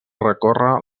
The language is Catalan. recorre